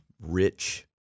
rich